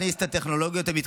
(תיקון מס' 5),